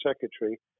secretary